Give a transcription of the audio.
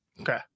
Okay